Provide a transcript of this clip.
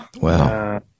wow